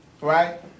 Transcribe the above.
right